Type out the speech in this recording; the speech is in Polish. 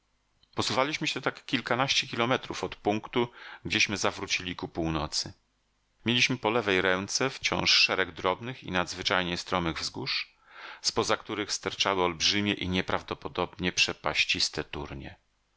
posuwaliśmy się tak kilkanaście kilometrów od punktu gdzieśmy zawrócili ku północy mieliśmy po lewej ręce wciąż szereg drobnych i nadzwyczajnie stromych wzgórz z poza których sterczały olbrzymie i nieprawdopodobnie przepaściste turnie